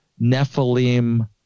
Nephilim